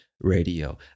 Radio